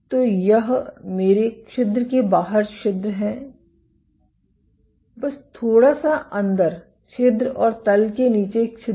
तो यह मेरे छिद्र के बाहर छिद्र है बस थोड़ा सा अंदर छिद्र और तल के नीचे छिद्र